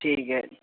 ٹھیک ہے